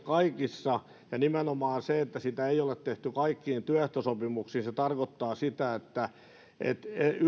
kaikissa ja nimenomaan se että niitä ei ole tehty kaikkiin työehtosopimuksiin tarkoittaa sitä että yritykset